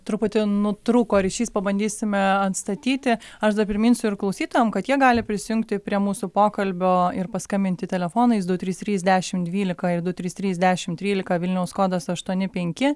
truputį nutrūko ryšys pabandysime atstatyti aš dar priminsiu ir klausytojam kad jie gali prisijungti prie mūsų pokalbio ir paskambinti telefonais du trys trys dešimt dvylika ir du trys trys dešimt trylika vilniaus kodas aštuoni penki